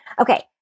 Okay